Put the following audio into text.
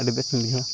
ᱟᱹᱰᱤ ᱵᱮᱥᱤᱧ ᱵᱩᱡᱷᱟᱹᱣᱟ